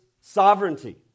sovereignty